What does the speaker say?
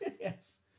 Yes